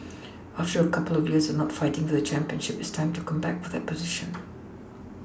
after a couple of years of not fighting for the championship it's time to come back to that position